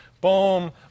boom